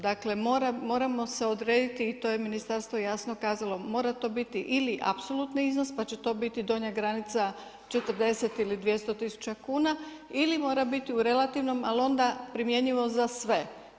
Dakle moramo se odrediti i to je ministarstvo jasno kazalo, mora to biti ili apsolutni iznos pa će to biti donja granica 40 ili 200 tisuća kuna ili mora biti u relativnom ali onda primjenjivo za sve.